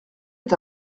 est